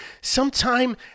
sometime